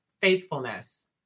faithfulness